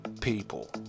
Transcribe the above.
people